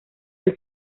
del